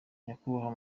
nyakubahwa